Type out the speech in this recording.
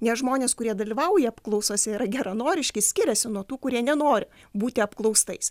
nes žmonės kurie dalyvauja apklausose yra geranoriški skiriasi nuo tų kurie nenori būti apklaustais